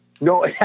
No